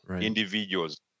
individuals